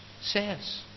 says